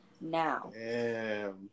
Now